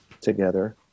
together